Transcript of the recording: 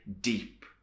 deep